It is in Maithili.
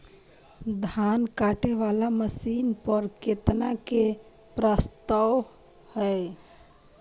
धान काटे वाला मशीन पर केतना के प्रस्ताव हय?